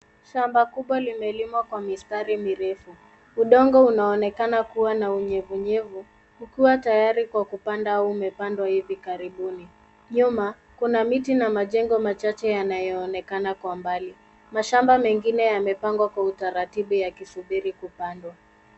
Shamba kubwa limelimwa kwa mistari mirefu. Udongo unaonekana kuwa na unyevunyevu ukiwa tayari kwa kupandwa au umepandwa ivi karibuni. Nyuma kuna miti na majengo machache yanayoonekana kwa mbali. Mashamba mengine yamepangwa kwa utaratibu yakisubiri kupandwa.